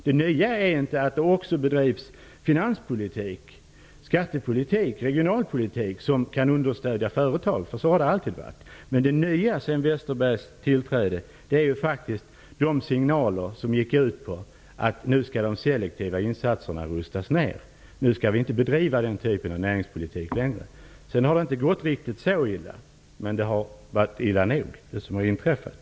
Det nya är inte att det också bedrivs finanspolitik, skattepolitik och regionalpolitik som kan understödja företag -- så har det ju alltid varit -- utan det nya sedan Westerbergs tillträde är de signaler som gick ut på att de selektiva insatserna skulle rustas ner och att den typen av näringspolitik inte längre skulle bedrivas. Sedan har det inte gått riktigt så illa, men det som har inträffat har varit illa nog.